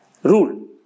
Rule